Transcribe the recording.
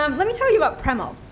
um let me tell you about premal.